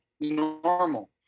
normal